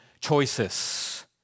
choices